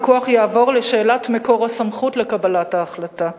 הוויכוח יעבור לשאלת מקור הסמכות לקבלת ההחלטה.